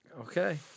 Okay